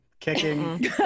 Kicking